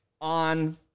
on